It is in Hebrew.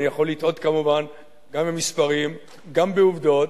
אני יכול לטעות כמובן גם במספרים, גם בעובדות,